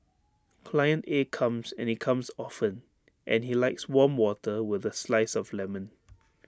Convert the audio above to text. client A comes and he comes often and he likes warm water with A slice of lemon